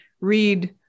read